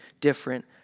different